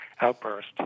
outburst